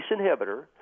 inhibitor